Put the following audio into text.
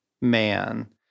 man